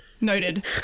Noted